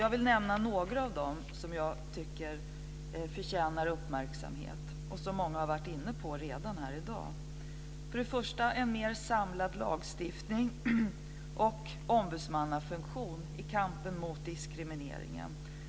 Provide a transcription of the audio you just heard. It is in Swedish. Jag vill nämna några av dem som jag tycker förtjänar uppmärksamhet och som många talare redan varit inne på här i dag. Först och främst behövs en mer samlad lagstiftning och ombudsmannafunktion i kampen mot diskrimineringen.